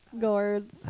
Gourds